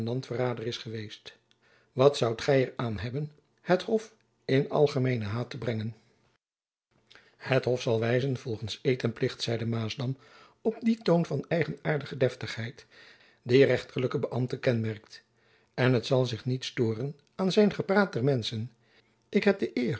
landverrader is geweest wat zoudt gy er aan hebben het hof in algemeenen haat te brengen het hof zal wijzen volgends eed en plicht zeide maasdam op dien toon van eigenaardige deftigheid die rechterlijke beämbten kenmerkt en het zal zich niet stooren aan het gepraat der menschen ik heb de eer